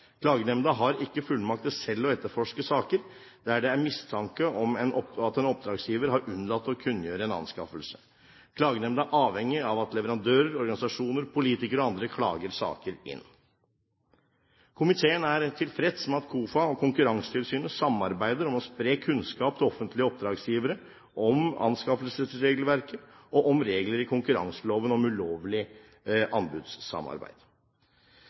Klagenemnda har ikke fullmakt til selv å etterforske saker der det er mistanke om at en oppdragsgiver har unnlatt å kunngjøre en anskaffelse. Klagenemnda er avhengig av at leverandører, organisasjoner, politikere og andre klager saker inn. Komiteen er tilfreds med at KOFA og Konkurransetilsynet samarbeider om å spre kunnskap til offentlige oppdragsgivere om anskaffelsesregelverket og om regler i konkurranseloven om ulovlig anbudssamarbeid.